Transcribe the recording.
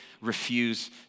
refuse